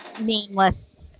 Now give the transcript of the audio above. nameless